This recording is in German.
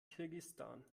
kirgisistan